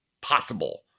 possible